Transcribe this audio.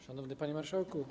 Szanowny Panie Marszałku!